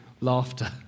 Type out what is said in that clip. laughter